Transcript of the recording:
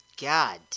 God